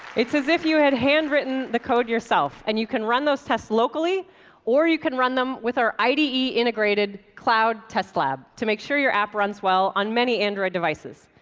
it's as if you had handwritten the code yourself and you can run those tests locally or you can run them with our ide-integrated cloud test lab, to make sure your app runs well on many android devices.